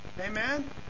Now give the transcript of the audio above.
Amen